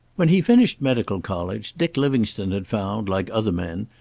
when he finished medical college dick livingstone had found, like other men,